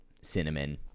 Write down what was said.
cinnamon